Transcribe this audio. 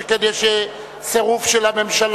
שכן יש סירוב של הממשלה,